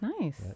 nice